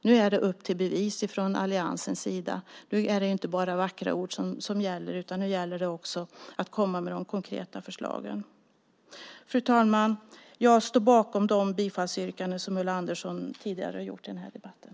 Nu är det upp till bevis från alliansens sida. Nu är det inte bara vackra ord som gäller. Nu gäller det också att komma med de konkreta förslagen. Fru talman! Jag står bakom de bifallsyrkanden som Ulla Andersson tidigare har gjort i den här debatten.